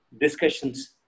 Discussions